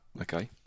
okay